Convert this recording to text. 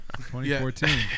2014